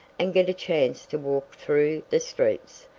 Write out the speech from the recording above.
and get a chance to walk through the streets,